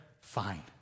fine